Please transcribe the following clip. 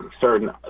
certain –